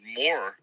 more